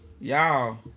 Y'all